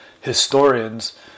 historians